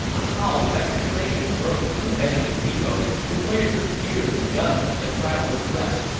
a howl of execration burst from the band of negroes, who pointed their spears and guns at the travellers' breasts,